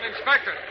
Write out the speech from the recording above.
Inspector